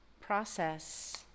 process